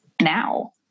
now